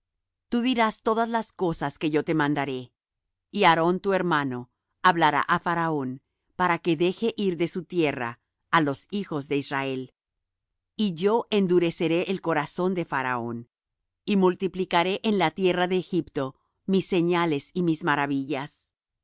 tú dirás todas las cosas que yo te mandaré y aarón tu hermano hablará á faraón para que deje ir de su tierra á los hijos de israel y yo endureceré el corazón de faraón y multiplicaré en la tierra de egipto mis señales y mis maravillas